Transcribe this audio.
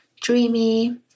dreamy